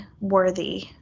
worthy